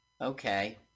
Okay